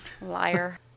liar